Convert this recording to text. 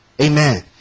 Amen